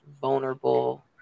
vulnerable